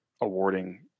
Awarding